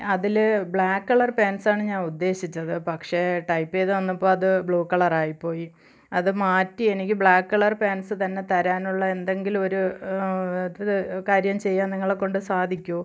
അതിൽ black colour പാൻസാണ് ഞാൻ ഉദ്ദേശിച്ചത് പക്ഷേ ടൈപ്പ് ചെയ്തു വന്നപ്പോൾ അത് ബ്ലൂ കളർ ആയിപ്പോയി അത് മാറ്റി എനിക്ക് ബ്ലാക്ക് കളർ പാൻസ് തന്നെ തരാനുള്ള എന്തെങ്കിലും ഒരു ഒരു കാര്യം ചെയ്യാന് നിങ്ങളെ കൊണ്ട് സാധിക്കുമോ